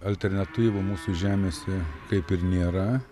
alternatyvų mūsų žemėse kaip ir nėra